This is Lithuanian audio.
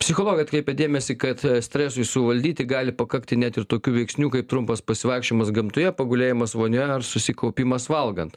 psichologai atkreipia dėmesį kad stresui suvaldyti gali pakakti net ir tokių veiksnių kaip trumpas pasivaikščiojimas gamtoje pagulėjimas vonioje ar susikaupimas valgant